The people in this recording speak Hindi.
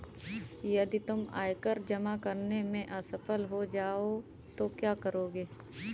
यदि तुम आयकर जमा करने में असफल हो जाओ तो क्या करोगे?